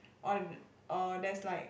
or or there's like